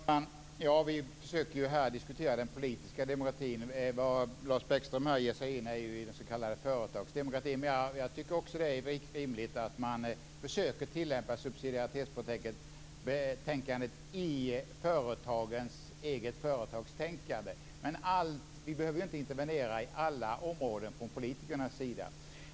Fru talman! Vi försöker här diskutera den politiska demokratin, men vad Lars Bäckström ger sig in på är den s.k. företagsdemokratin. Jag tycker också att det är rimligt att man försöker tillämpa subsidiariteten i företagens eget företagstänkande. Men vi behöver inte intervenera på alla områden från politikernas sida.